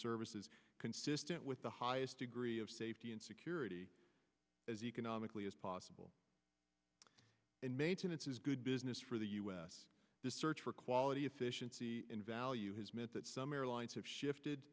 services consistent with the highest degree of safety and security as economically as possible and maintenance is good business for the us the search for quality efficiency in value has meant that some airlines have shifted